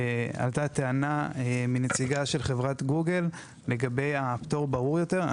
עלתה טענה מהנציגה של חברת גוגל לגבי פטור ברור יותר.